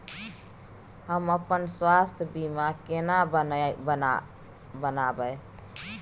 हम अपन स्वास्थ बीमा केना बनाबै?